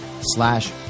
slash